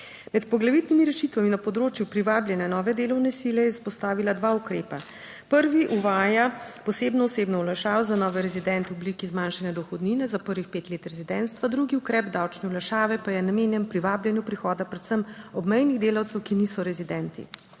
Med poglavitnimi rešitvami na področju privabljanja nove delovne sile je izpostavila dva ukrepa: prvi uvaja posebno osebno olajšavo za nove rezidente v obliki zmanjšanja dohodnine za prvih pet let rezidentstva, drugi ukrep davčne olajšave pa je namenjen privabljanju prihoda predvsem obmejnih delavcev, ki niso rezidenti.